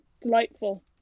Delightful